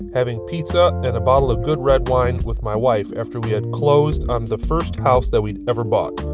having pizza and a bottle of good red wine with my wife after we had closed on the first house that we'd ever bought.